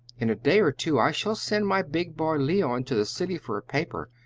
in a day or two i shall send my big boy leon to the city for a paper.